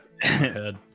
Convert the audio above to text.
head